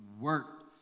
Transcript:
work